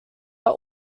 are